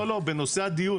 לא, לא, בנושא הדיון.